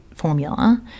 formula